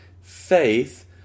Faith